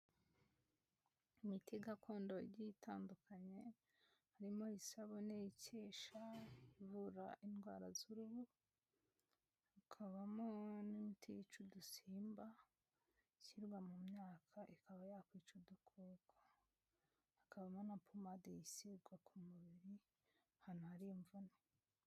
Imiti gakondo igiye itandukanye harimo isabune ikesha, ivura indwara z'uruhu, hakabamo n'imiti yica udusimba ishyirwa mu myaka ikaba yakwica udukoko, hakabamo na pomade yisigwa ku mubiri ahantu hari imvune.